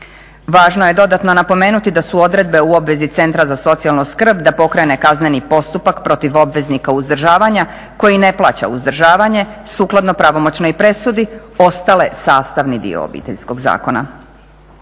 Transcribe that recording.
Važno je dodatno napomenuti da su odredbe u obvezi Centra za socijalnu skrb da pokrene kazneni postupak protiv obveznika uzdržavanja koji ne plaća uzdržavanje sukladno pravomoćnoj presudi ostale sastavni dio Obiteljskog zakona.